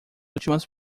últimas